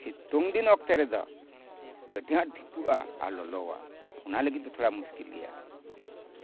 ᱥᱤᱛᱩᱝ ᱫᱤᱱ ᱚᱠᱛᱚ ᱨᱮᱫᱚ ᱟᱹᱰᱤ ᱟᱸᱴ ᱫᱷᱤᱯᱟᱹᱜᱼᱟ ᱟᱨ ᱞᱚᱞᱚᱣᱟ ᱚᱱᱟ ᱞᱟᱹᱜᱤᱫ ᱫᱚ ᱛᱷᱚᱲᱟ ᱢᱩᱥᱠᱤᱞ ᱜᱮᱭᱟ